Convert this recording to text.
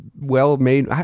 well-made